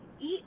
eat